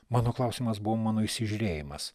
mano klausimas buvo mano įsižiūrėjimas